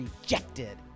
rejected